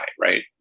right